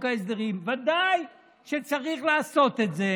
ודאי שצריך להוציא את זה